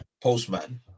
Postman